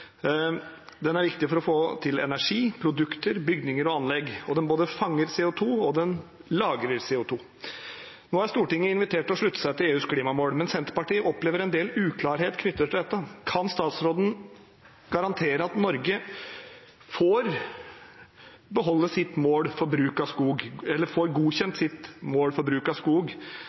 Den er viktig for å få til energi, produkter, bygninger og anlegg, og den både fanger og lagrer CO2. Nå er Stortinget invitert til å slutte seg til EUs klimamål, men Senterpartiet opplever en del uklarhet knyttet til dette. Kan statsråden garantere at Norge får godkjent sitt mål for bruk av skog av EU, og at vi ikke beveger oss i en retning der vi må senke bruksnivået for skog